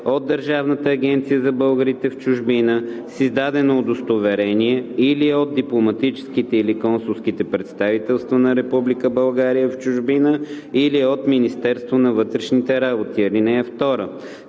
от Държавната агенция за българите в чужбина с издадено удостоверение или от дипломатическите, или консулските представителства на Република България в чужбина, или от Министерството на вътрешните работи.